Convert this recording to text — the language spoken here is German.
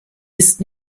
ist